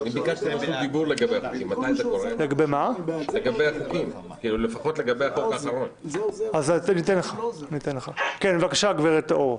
הצעת החוק הזאת קיבלה פטור.